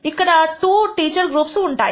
ఇక్కడ రెండు teachers groups ఉంటాయి